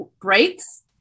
breaks